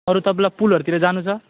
अरू तपाईँलाई पुलहरूतिर जानु छ